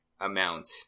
amount